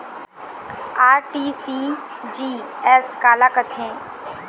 RTGS काला कथें?